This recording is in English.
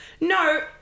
No